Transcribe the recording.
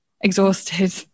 exhausted